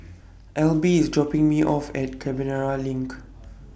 Elby IS dropping Me off At Canberra LINK